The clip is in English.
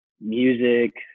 music